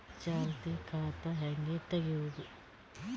ಚಾಲತಿ ಖಾತಾ ಹೆಂಗ್ ತಗೆಯದು?